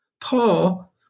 Paul